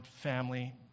family